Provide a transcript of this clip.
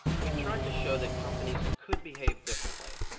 we'd tried to show that companies could behave differently.